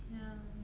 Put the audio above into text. ya